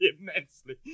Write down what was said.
Immensely